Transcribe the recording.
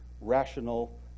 rational